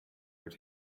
were